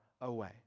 away